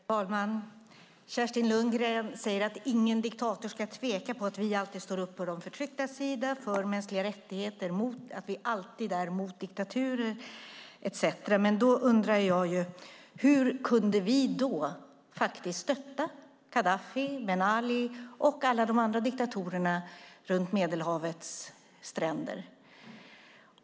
Herr talman! Kerstin Lundgren säger att ingen diktator ska tveka om att vi alltid står upp på de förtrycktas sida och för mänskliga rättigheter och att vi alltid är mot diktaturer etcetera. Men då undrar jag: Hur kunde vi då faktiskt stötta Gaddafi, Ben Ali och alla de andra diktatorerna runt Medelhavets stränder?